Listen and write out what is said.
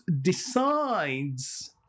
decides